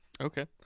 Okay